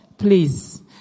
Please